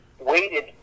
waited